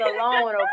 alone